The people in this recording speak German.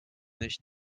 nicht